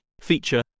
Feature